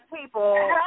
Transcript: people